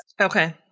Okay